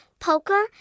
Poker